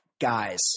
Guys